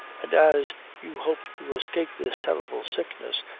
and as you hope to escape this terrible sickness,